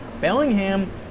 Bellingham